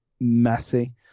messy